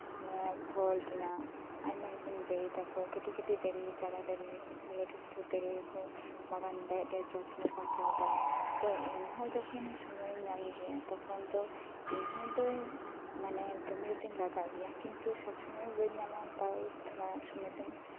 ᱯᱷᱚᱞ ᱨᱮᱱᱟᱜ ᱟᱭᱢᱟᱨᱚᱠᱚᱢ ᱫᱟᱨᱤ ᱛᱟᱯᱚᱨ ᱠᱟᱹᱴᱤ ᱠᱟᱹᱴᱤᱡ ᱪᱟᱨᱟ ᱫᱟᱨᱤ ᱛᱟᱯᱚᱨ ᱞᱟᱹᱴᱩ ᱞᱟᱹᱴᱩ ᱫᱟᱨᱤᱠᱩ ᱵᱟᱜᱟᱱ ᱨᱮᱭᱟᱜ ᱨᱮ ᱡᱚᱛᱱᱚ ᱠᱩ ᱦᱟᱛᱟᱣᱮᱫᱟ ᱛᱚ ᱤᱧᱦᱚ ᱡᱚᱠᱷᱚᱱ ᱥᱩᱢᱟᱹᱭᱤᱧ ᱧᱟᱢᱜᱮᱭᱟ ᱛᱚᱠᱷᱚᱱ ᱫᱚ ᱤᱧᱦᱚ ᱫᱚ ᱢᱟᱱᱮ ᱠᱟᱹᱢᱤ ᱠᱟᱹᱢᱤ ᱨᱮᱫᱚᱧ ᱞᱟᱜᱟᱜ ᱜᱮᱭᱟ ᱠᱤᱱᱛᱩ ᱥᱚᱵᱥᱩᱢᱟᱹᱭ ᱵᱟᱹᱧ ᱧᱟᱢᱟ ᱛᱟᱣ ᱛᱷᱚᱲᱟ ᱥᱩᱢᱟᱹᱭ ᱫᱚᱧ